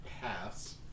pass